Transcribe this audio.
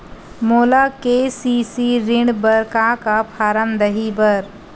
मोला के.सी.सी ऋण बर का का फारम दही बर?